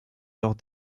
leurs